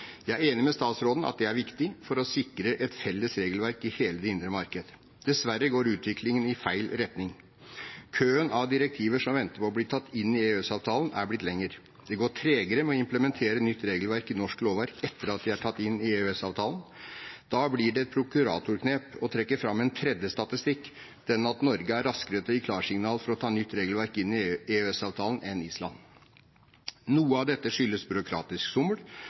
Jeg er enig med statsråden i at det er viktig for å sikre et felles regelverk i hele det indre marked. Dessverre går utviklingen i feil retning. Køen av direktiver som venter på å bli tatt inn i EØS-avtalen, er blitt lengre. Det går tregere med å implementere nytt regelverk i norsk lovverk etter at det er tatt inn i EØS-avtalen. Da blir det et prokuratorknep å trekke fram en tredje statistikk – den at Norge er raskere enn Island til å gi klarsignal for å ta nytt regelverk inn i EØS-avtalen. Noe av dette skyldes byråkratisk